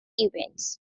events